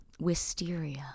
Wisteria